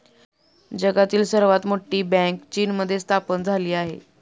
जगातील सर्वात मोठी बँक चीनमध्ये स्थापन झाली आहे